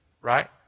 right